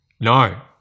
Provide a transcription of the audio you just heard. No